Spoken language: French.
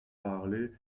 parler